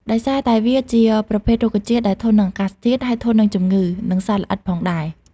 ដោយសារតែវាជាប្រភេទរុក្ខជាតិដែលធន់នឹងអាកាសធាតុ ហើយធន់នឹងជំងឺ និងសត្វល្អិតផងដែរ។